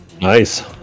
Nice